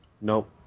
Nope